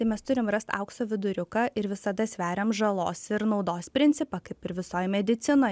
tai mes turim rast aukso viduriuką ir visada sveriam žalos ir naudos principą kaip ir visoj medicinoj